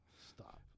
Stop